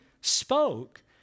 spoke